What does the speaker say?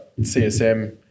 CSM